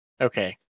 Okay